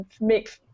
make